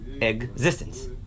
existence